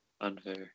Unfair